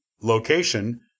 location